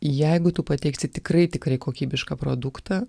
jeigu tu pateiksi tikrai tikrai kokybišką produktą